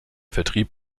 vertrieb